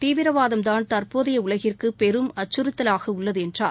தீவிரவாதம்தான் தற்போதைய உலகிற்கு பெரும் அச்சுறுத்தலாக உள்ளது என்றார்